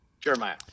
Jeremiah